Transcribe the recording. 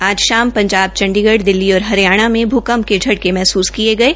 आज शाम पंजाब चंडीगढ़ दिल्ली और हरियाणा में भूकंप के झटके महसूस किये गये